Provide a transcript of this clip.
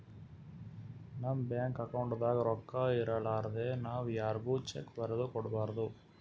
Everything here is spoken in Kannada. ನಮ್ ಬ್ಯಾಂಕ್ ಅಕೌಂಟ್ದಾಗ್ ರೊಕ್ಕಾ ಇರಲಾರ್ದೆ ನಾವ್ ಯಾರ್ಗು ಚೆಕ್ಕ್ ಬರದ್ ಕೊಡ್ಬಾರ್ದು